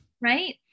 Right